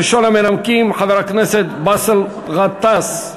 ראשון המנמקים, חבר הכנסת באסל גטאס.